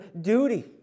duty